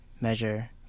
measure